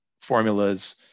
formulas